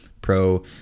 pro